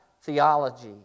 theology